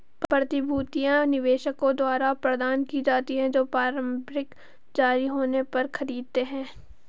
प्रतिभूतियां निवेशकों द्वारा प्रदान की जाती हैं जो प्रारंभिक जारी होने पर खरीदते हैं